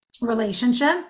Relationship